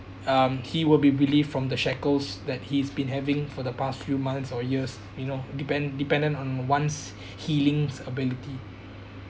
um he will be relieved from the shackles that he's been having for the past few months or years you know depend dependent on one's healing ability